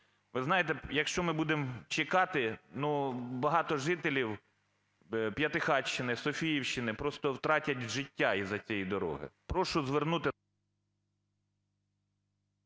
Ви знаєте, якщо ми будемо чекати, ну, багато жителівП'ятихатщини, Софіївщини просто втратять життя із-за цієї дороги.